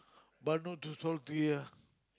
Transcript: but not too salty ah